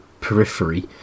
periphery